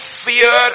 fear